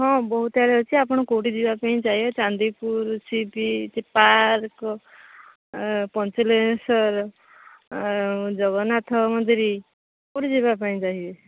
ହଁ ବହୁତସାରା ଅଛି ଆପଣ କୋଉଠି ଯିବାପାଇଁ ଚାହିଁବେ ଚାନ୍ଦିପୁର ସି ବିଚ୍ ପାର୍କ୍ ଏଁ ପଞ୍ଚୁଲିଙ୍ଗେଶ୍ୱର ଜଗନ୍ନାଥ ମନ୍ଦିର କୋଉଠି ଯିବାପାଇଁ ଚାହିଁବେ